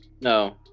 No